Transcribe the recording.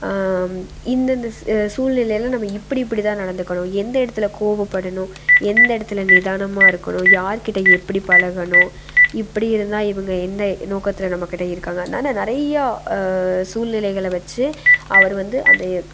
இந்தந்த சூழ்நிலையில நம்ம இப்படி இப்படி தான் நடந்துக்கணும் எந்த இடத்துல கோவப்படணும் எந்த இடத்துல நிதானமாக இருக்கணும் யார்கிட்ட எப்படி பழகணும் இப்படி இருந்தால் இவங்க எந்த நோக்கத்தில் நம்ம கிட்ட இருக்காங்க ஆனால் நிறையா சூழ்நிலைகளை வச்சு அவர் வந்து அந்த